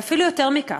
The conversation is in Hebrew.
ואפילו יותר מכך,